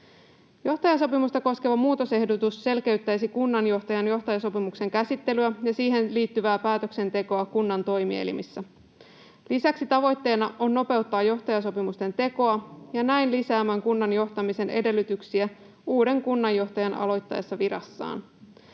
Johtajasopimusta koskeva muutosehdotus selkeyttäisi kunnanjohtajan johtajasopimuksen käsittelyä ja siihen liittyvää päätöksentekoa kunnan toimielimissä. Lisäksi tavoitteena on nopeuttaa johtajasopimusten tekoa ja näin lisätä kunnan johtamisen edellytyksiä uuden kunnanjohtajan aloittaessa virassaan.